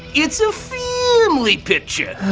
it's a family picture.